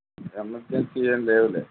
emergency ఏం లేవులే